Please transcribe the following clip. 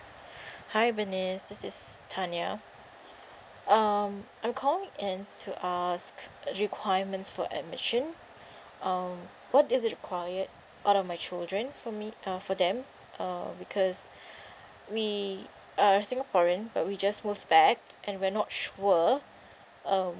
hi bernice this is tanya um I'm calling in to ask requirements for admission um what is it required out of my children for me uh for them uh because we uh singaporean but we just moved back and we're not sure um